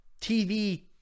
tv